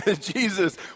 Jesus